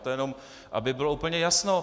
To jen aby bylo úplně jasno.